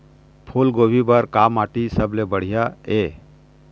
फूलगोभी बर का माटी सबले सबले बढ़िया ये?